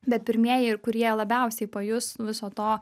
bet pirmieji ir kurie labiausiai pajus viso to